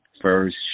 first